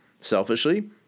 Selfishly